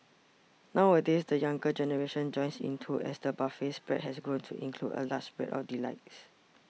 nowadays the younger generation joins in too as the buffet spread has grown to include a large spread of delights